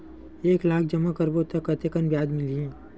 एक लाख जमा करबो त कतेकन ब्याज मिलही?